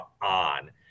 on